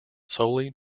solely